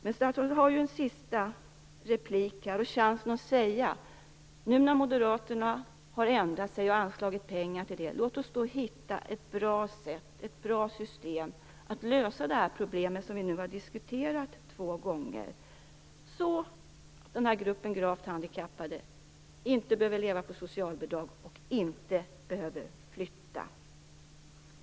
Men statsrådet har ju ett sista inlägg och chansen att säga: Nu när moderaterna har ändrat sig och anslagit pengar till denna grupp, låt oss då hitta ett bra system för att lösa det problem som vi nu har diskuterat två gånger, så att gruppen gravt handikappade inte behöver leva på socialbidrag och inte behöver flytta.